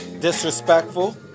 Disrespectful